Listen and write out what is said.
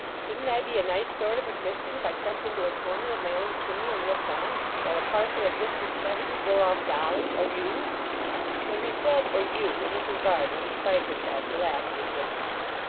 shouldn't i be a nice sort of a christian, if i crept into a corner of my own chimney and looked on while a parcel of whiskered savages bore off dolly or you when he said or you mrs varden, despite herself, relaxed into a smile.